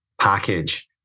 package